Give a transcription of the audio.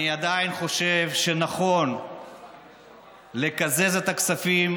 אני עדיין חושב שנכון לקזז את הכספים,